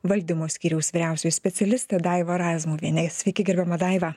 valdymo skyriaus vyriausioji specialistė daiva razmuvienė sveiki gerbiama daiva